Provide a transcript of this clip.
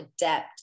adept